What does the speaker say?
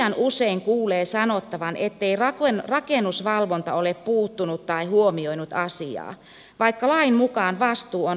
liian usein kuulee sanottavan ettei rakennusvalvonta ole puuttunut tai huomioinut asiaa vaikka lain mukaan vastuu on rakennushankkeeseen ryhtyvällä